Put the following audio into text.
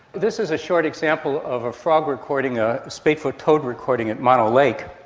this is a short example of a frog recording, a spadefoot toad recording at mono lake.